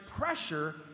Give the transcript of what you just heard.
pressure